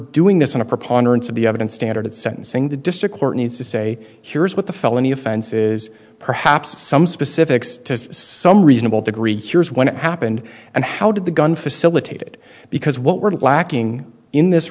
doing this on a preponderance of the evidence standard at sentencing the district court needs to say here's what the felony offenses perhaps some specifics to some reasonable degree here's what happened and how did the gun facilitated because what we're lacking in this